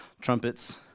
trumpets